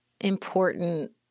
important